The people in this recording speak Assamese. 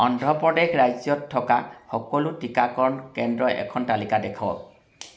অন্ধ্ৰ প্ৰদেশ ৰাজ্যত থকা সকলো টীকাকৰণ কেন্দ্ৰৰ এখন তালিকা দেখুৱাওক